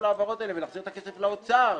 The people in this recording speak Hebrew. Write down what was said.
ההעברות האלה ולהחזיר את הכסף לאוצר,